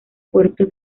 puerto